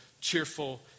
cheerful